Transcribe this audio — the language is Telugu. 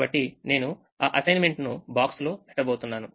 కాబట్టి నేను ఆ అసైన్మెంట్ ను boxలో పెట్టబోతున్నాను